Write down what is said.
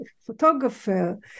photographer